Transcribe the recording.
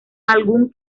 algún